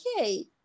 okay